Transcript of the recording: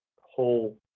whole